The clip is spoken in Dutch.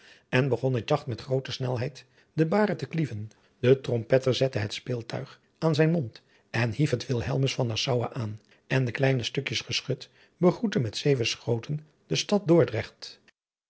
en begon het jagt met groote snelheid de baren te klieven de trompetter zette het speeltuig aan zijn mond hij hief het wilhelmus van nassouwen aan en de kleine stukjes geschut begroetten adriaan loosjes pzn het leven van hillegonda buisman met zeven schoten de stad dordrecht